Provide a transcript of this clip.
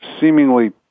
seemingly